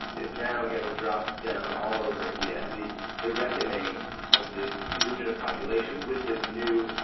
is now getting dropped down all over india. and the the reckoning of the indigenous population with this new,